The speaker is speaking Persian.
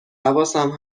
حواسم